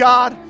God